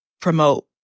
promote